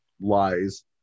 lies